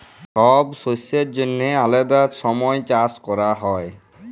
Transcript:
ছব শস্যের জ্যনহে আলেদা ছময় চাষ ক্যরা হ্যয়